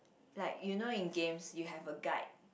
like you know in games you have a guide